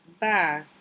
Bye